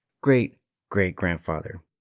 great-great-grandfather